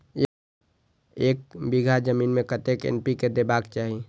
एक बिघा जमीन में कतेक एन.पी.के देबाक चाही?